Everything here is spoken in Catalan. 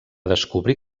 descobrir